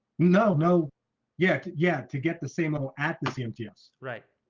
no, no yet. yeah to get the same level at the cmts, right?